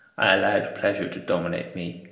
i allowed pleasure to dominate me.